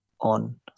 on